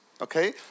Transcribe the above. okay